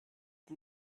die